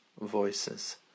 voices